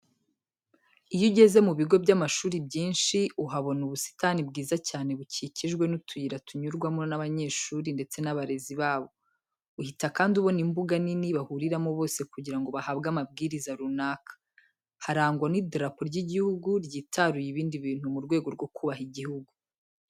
Iyo ugeze mu bigo by'amashuri byinshi uhabona ubusitani bwiza cyane bukikijwe n'utuyira tunyurwamo n'abanyeshuri ndetse n'abarezi babo. Uhita kandi ubona imbuga nini bahuriramo bose kugira ngo bahabwe amabwiriza runaka. Harangwa n'idarapo ry'igihugu ryitaruye ibindi bintu mu rwego rwo kubaha igihugu.